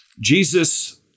Jesus